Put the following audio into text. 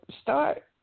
start